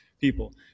people